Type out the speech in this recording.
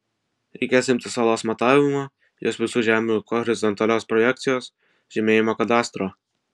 reikės imtis salos matavimo jos visų žemių horizontalios projekcijos žymėjimo kadastro